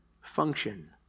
function